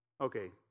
Okay